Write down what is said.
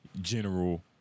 general